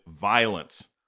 violence